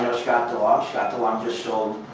scott delong. scott delong just sold